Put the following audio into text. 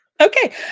Okay